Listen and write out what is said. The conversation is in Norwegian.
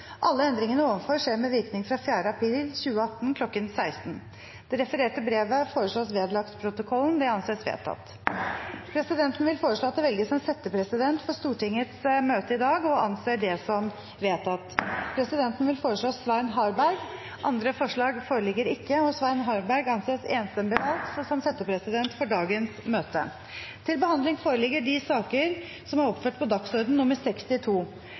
Alle endringene ovenfor skjer med virkning fra 4. april 2018 kl. 1600.» Det refererte brevet foreslås vedlagt protokollen. – Det anses vedtatt. Presidenten vil foreslå at det velges en settepresident for Stortingets møte i dag – og anser det som vedtatt. Presidenten vil foreslå Svein Harberg. – Andre forslag foreligger ikke, og Svein Harberg anses enstemmig valgt som settepresident for dagens møte. Før sakene på dagens kart tas opp til behandling,